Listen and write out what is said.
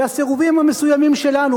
והסירובים המסוימים שלנו,